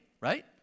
right